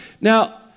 Now